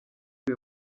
uyu